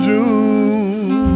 June